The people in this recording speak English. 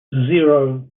zero